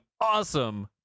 awesome